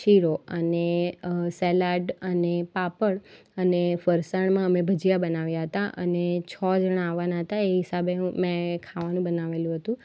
શીરો અને સલાડ અને પાપળ અને ફરસાણમાં અમે ભજીયા બનાવ્યા હતા અને છો જાણા આવાના હતા એ હિસાબે મેં ખાવાનું બનાવેલું હતું